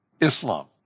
Islam